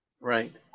Right